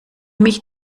mich